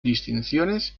distinciones